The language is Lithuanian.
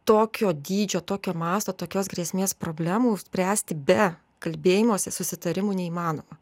tokio dydžio tokio masto tokios grėsmės problemų spręsti be kalbėjimosi susitarimų neįmanoma